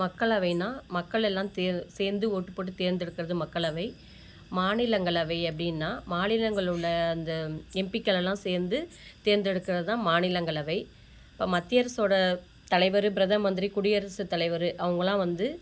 மக்களவைன்னால் மக்களெல்லாம் தே சேர்ந்து ஓட்டுப் போட்டு தேர்ந்தெடுக்கிறது மக்களவை மாநிலங்களவை அப்படின்னா மாநிலங்களில் உள்ள அந்த எம்பிக்களெல்லாம் சேர்ந்து தேர்ந்தெடுக்கிறது தான் மாநிலங்களவை மத்திய அரசோடய தலைவர் பிரதம மந்திரி குடியரசுத் தலைவர் அவங்கலாம் வந்து